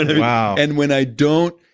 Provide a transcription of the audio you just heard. wow and, when i don't,